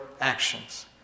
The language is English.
actions